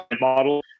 model